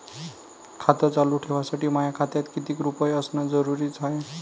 खातं चालू ठेवासाठी माया खात्यात कितीक रुपये असनं जरुरीच हाय?